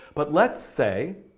but let's say,